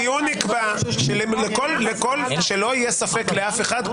הדיון נקבע שלא יהיה ספק לאף אחד,